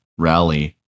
rally